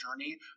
journey